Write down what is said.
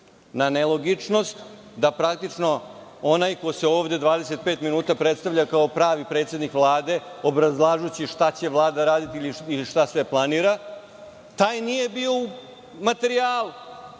na nelogičnost, da praktično onaj ko se ovde 25 minuta predstavlja kao pravi predsednik Vlade, obrazlažući šta će Vlada raditi i šta sve planira, taj nije bio u materijalu.